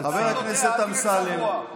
חבר הכנסת אמסלם, תודה.